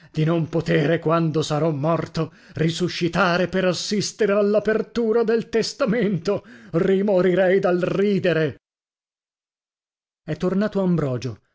di non potere quando sarò morto risuscitare per assistere all'apertura del testamento rimorirei dal ridere è tornato ambrogio